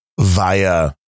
via